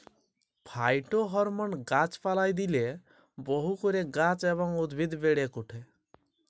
phytohormone গাছ পালায় দিইলে বহু করে গাছ এবং উদ্ভিদ বেড়েক ওঠে